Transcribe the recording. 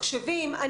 בבקשה.